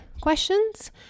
questions